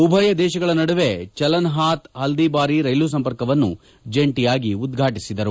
ಉಭಯ ದೇಶಗಳ ನಡುವೆ ಚಿಲನಹಾತ್ ಹಲ್ಲಿಬಾರಿ ರೈಲು ಸಂಪರ್ಕವನ್ನು ಜಂಟಿಯಾಗಿ ಉದ್ವಾಟಿಸಿದರು